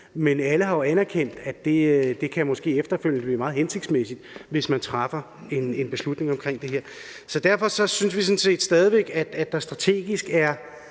men alle har jo anerkendt, at det måske efterfølgende kan være meget hensigtsmæssigt, hvis man træffer en beslutning omkring det. Derfor synes vi sådan set stadig væk, at der strategisk er